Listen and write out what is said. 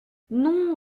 non